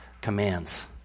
commands